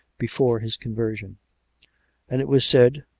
before his conversion and, it was said,